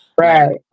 Right